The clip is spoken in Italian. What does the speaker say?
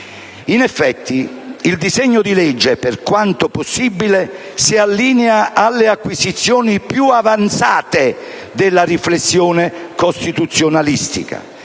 In effetti, il disegno di legge, per quanto possibile, si allinea alle acquisizioni più avanzate della riflessione costituzionalistica.